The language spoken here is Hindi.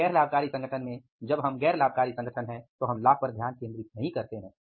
लेकिन गैर लाभकारी संगठन में जब हम गैर लाभकारी संगठन हैं तो हम लाभ पर ध्यान केंद्रित नहीं करते हैं